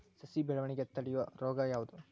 ಸಸಿ ಬೆಳವಣಿಗೆ ತಡೆಯೋ ರೋಗ ಯಾವುದು?